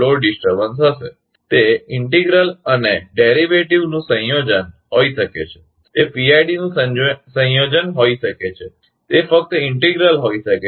તે અભિન્નઇન્ટિગ્રલ અને વ્યુત્પન્નડેરીવેટીવનું સંયોજન હોઈ શકે છે તે પીઆઈડીનું સંયોજન હોઈ શકે છે તે ફક્ત અભિન્ન હોઈ શકે છે